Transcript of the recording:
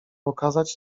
okazać